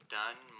done